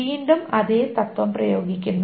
വീണ്ടും അതേ തത്ത്വം പ്രയോഗിക്കുന്നു